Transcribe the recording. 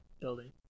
building